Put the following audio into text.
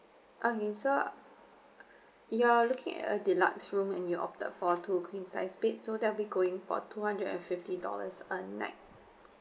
and um so you're looking at deluxe room and you're opted for two queen size bed so that'll be going for two hundred and fifty dollars a night